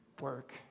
Work